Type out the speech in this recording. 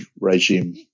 regime